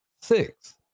Six